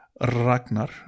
Ragnar